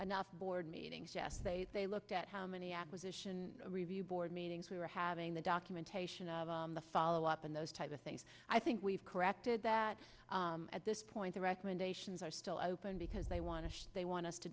enough board meetings they looked at how many acquisition review board meetings we were having the documentation of the follow up and those type of things i think we've corrected that at this point the recommendations are still open because they want to they want us to